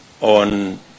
on